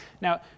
Now